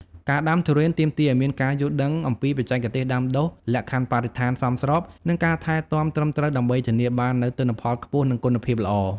ការដាំទុរេនទាមទារឲ្យមានការយល់ដឹងអំពីបច្ចេកទេសដាំដុះ លក្ខខណ្ឌបរិស្ថានសមស្រប និងការថែទាំត្រឹមត្រូវ ដើម្បីធានាបាននូវទិន្នផលខ្ពស់ និងគុណភាពល្អ។